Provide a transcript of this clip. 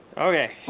Okay